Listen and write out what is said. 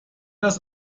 das